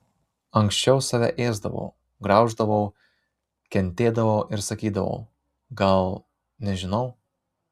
anksčiau save ėsdavau grauždavau kentėdavau ir sakydavau gal nežinau